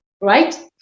right